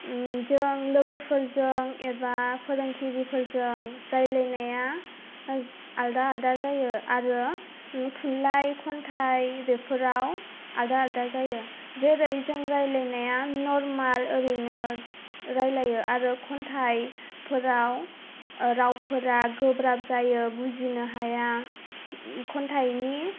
जों लोगोफोरजों एबा फोरोंगिरिफोरजों रायज्लायनाया आलदा आलदा जायो आरो थुनलाइ खन्थाइ बेफोराव आलदा आलदा जायो जोरै जों रायज्लायनाया नर्माल ओरैनो रायज्लायो आरो खन्थाइफोराव रावफोरा गोब्राब जायो बुजिनो हाया खन्थाइनि